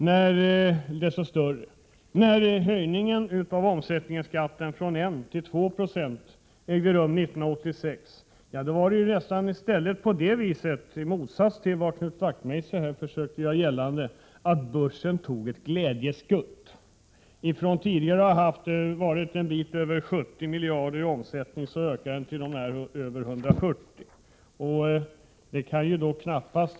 När höjningen av omsättningsskatten från 1 till 2 26 ägde rum 1986, ja, då var det nästan på det sättet — i motsats till vad Knut Wachtmeister försökte göra gällande — att börsen tog ett glädjeskutt. Från att tidigare ha haft en bit över 70 miljarder i omsättning ökade den till över 140 miljarder.